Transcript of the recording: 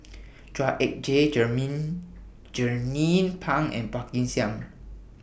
Chua Ek Kay Jernnine Pang and Phua Kin Siang